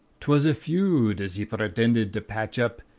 twas a feud as he pretendid to patch up,